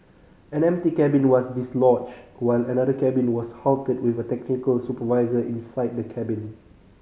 an empty cabin was dislodged while another cabin was halted with a technical supervisor inside the cabin